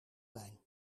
lijn